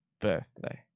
birthday